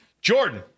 Jordan